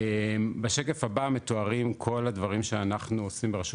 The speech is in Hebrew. בשקף הבא מתוארים כל הדברים שאנחנו עושים ברשות